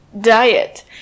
diet